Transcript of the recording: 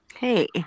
Hey